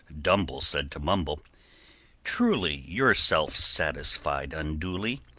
dumble said to mumble truly you're self-satisfied unduly.